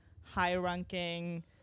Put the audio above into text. high-ranking